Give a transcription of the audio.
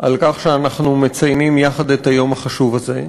על כך שאנחנו מציינים יחד את היום החשוב הזה.